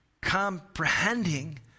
Comprehending